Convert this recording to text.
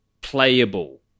playable